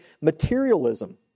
materialism